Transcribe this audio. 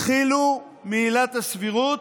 התחילו מעילת הסבירות,